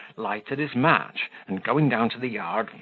lighted his match, and going down to the yard,